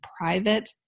private